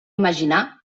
imaginar